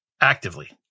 actively